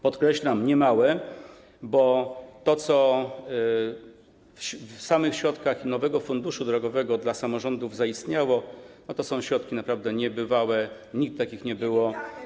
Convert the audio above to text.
Podkreślam: niemałe, bo to, co w samych środkach nowego funduszu drogowego dla samorządu zaistniało, to są środki naprawdę niebywałe, nigdy takich nie było.